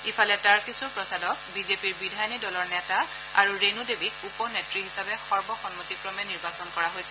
ইফালে তাৰকিশোৰ প্ৰসাদক বিজেপিৰ বিধায়িনী দলৰ নেতা আৰু ৰেণ্ দেৱীক উপনেত্ৰী হিচাপে সৰ্বসন্মতিক্ৰমে নিৰ্বাচন কৰা হৈছে